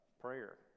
prayer